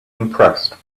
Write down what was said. impressed